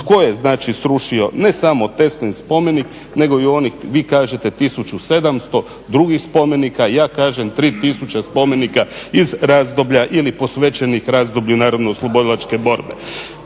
tko je znači srušio ne samo Teslin spomenik nego i onih vi kažete 1700 drugih spomenika, ja kažem 3000 spomenika iz razdoblja ili posvećenih razdoblju Narodno oslobodilačke borbe.